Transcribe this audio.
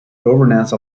governance